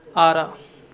आर